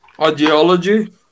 ideology